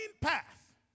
path